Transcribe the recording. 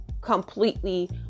completely